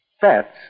Fats